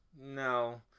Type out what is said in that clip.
No